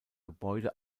gebäude